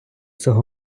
цього